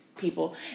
people